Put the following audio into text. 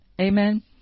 Amen